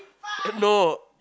no